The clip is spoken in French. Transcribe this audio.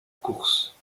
course